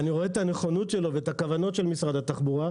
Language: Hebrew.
ואני רואה את הנכונות שלו ואת הכוונות של משרד התחבורה,